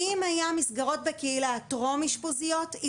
אם היו מסגרות טרום אשפוזיות בקהילה